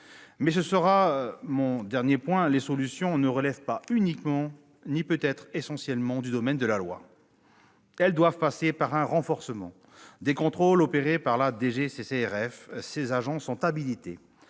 c'est mon dernier point -, les solutions ne relèvent pas uniquement, ni peut-être essentiellement, du domaine de la loi. Elles doivent passer par un renforcement des contrôles opérés par la DGCCRF, dont les agents sont habilités